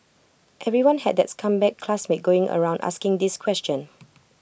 everyone had that's comeback classmate going around asking this question